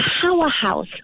powerhouse